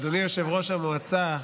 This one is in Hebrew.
אדוני יושב-ראש המועצה,